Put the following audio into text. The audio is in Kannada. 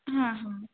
ಹಾಂ ಹಾಂ